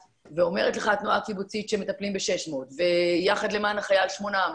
ואומרת לך התנועה הקיבוצית שהם מטפלים ב-600 ויחד למען החייל 800,